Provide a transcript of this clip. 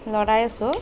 লৰাই আছোঁ